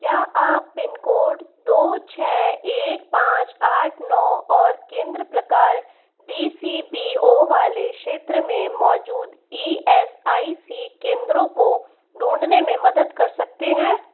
क्या आप पिनकोड दो छः एक पाँच आठ नौ और केंद्र प्रकार डी सी बी ओ वाले क्षेत्र में मौजूद ई एस आई सी केंद्रों को ढूँढने में मदद कर सकते हैं